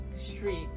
street